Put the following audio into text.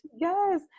Yes